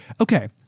okay